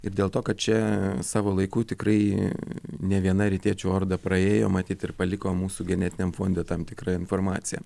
ir dėl to kad čia savo laiku tikrai ne viena rytiečių orda praėjo matyt ir paliko mūsų genetiniam fonde tam tikrą informaciją